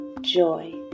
joy